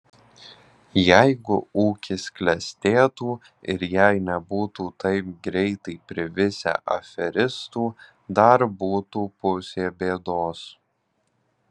jeigu ūkis klestėtų ir jei nebūtų taip greitai privisę aferistų dar būtų pusė bėdos